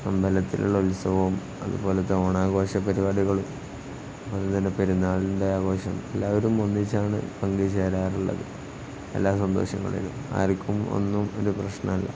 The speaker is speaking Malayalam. അമ്പലത്തിലുള്ള ഉത്സവവും അതുപോലെത്തന്നെ ഓണാഘോഷ പരിപാടികളും അതുപോലെത്തന്നെ പെരുന്നാളിൻ്റെ ആഘോഷം എല്ലാവരും ഒന്നിച്ചാണ് പങ്കുചേരാറുള്ളത് എല്ലാ സന്തോഷങ്ങളിലും ആർക്കും ഒന്നും ഒരു പ്രശ്നമില്ല